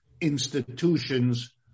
institutions